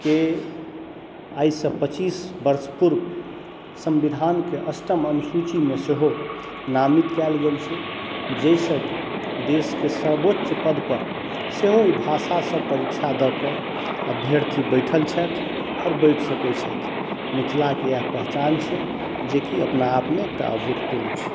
के आइसँ पच्चीस वर्ष पूर्व संविधानके अष्टम अनुसूचिमे सेहो नामित कयल गेल छै जाहिसँ कि देशके सर्वोच्च पदपर सेहो एहि भाषासँ परीक्षा दअ कऽ अभ्यर्थी बैठल छथि आओर बैठ सकै छथि मिथिलाके इएह पहिचान छै जे कि अपना आपमे एकटा अभूतपूर्व छै